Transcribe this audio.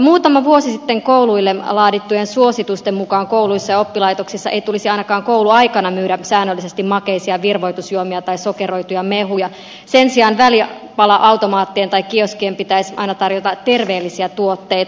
muutama vuosi sitten kouluille laadittujen suositusten mukaan kouluissa ja oppilaitoksissa ei tulisi ainakaan kouluaikana myydä säännöllisesti makeisia virvoitusjuomia tai sokeroituja mehuja sen sijaan välipala automaattien tai kioskien pitäisi aina tarjota terveellisiä tuotteita